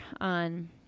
on